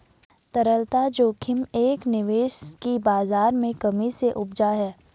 तरलता जोखिम एक निवेश की बाज़ार में कमी से उपजा है